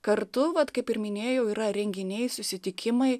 kartu vat kaip ir minėjau yra renginiai susitikimai